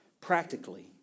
practically